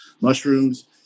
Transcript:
mushrooms